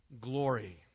glory